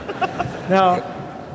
Now